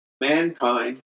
mankind